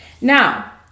Now